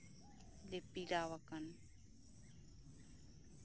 ᱞᱮ ᱯᱮᱲᱟᱣᱟᱠᱟᱱᱟ